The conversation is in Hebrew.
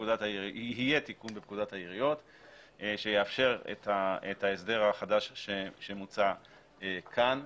בפקודת העיריות שיאפשר את ההסדר החדש שמוצע כאן.